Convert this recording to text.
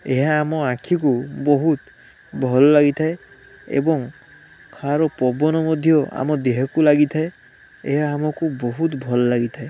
ଏହା ଆମ ଆଖିକୁ ବହୁତ ଭଲ ଲାଗିଥାଏ ଏବଂ ଏହାର ପବନ ମଧ୍ୟ ଆମ ଦେହକୁ ଲାଗିଥାଏ ଏହା ଆମକୁ ବହୁତ ଭଲ ଲାଗିଥାଏ